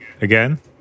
again